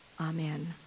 Amen